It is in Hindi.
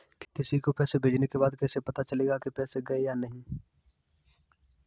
किसी को पैसे भेजने के बाद कैसे पता चलेगा कि पैसे गए या नहीं?